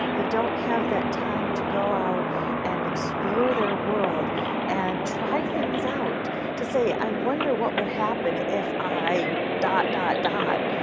they don't have that time to go out and explore their world and try things out to say i wonder what would happen if i dot, dot, dot,